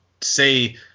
say –